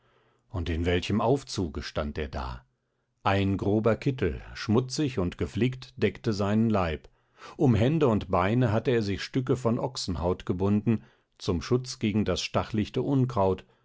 und in welchem aufzuge stand er da ein grober kittel schmutzig und geflickt deckte seinen leib um hände und beine hatte er sich stücke von ochsenhaut gebunden zum schutz gegen das stachlichte unkraut